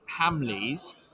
Hamleys